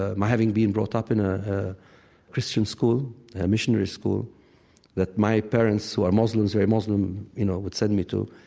ah my having been brought up in a christian school, a missionary school that my parents who are muslims very muslim you know would send me to,